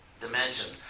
dimensions